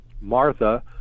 Martha